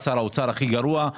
שר האוצר הכי גרוע,